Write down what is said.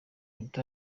biruta